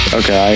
okay